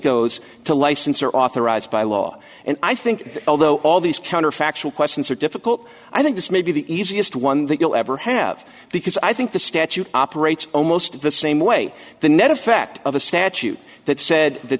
goes to license or authorized by law and i think that although all these counterfactual questions are difficult i think this may be the easiest one that you'll ever have because i think the statute operates almost the same way the net effect of a statute that says th